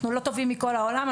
אנחנו לא טובים מכל העולם,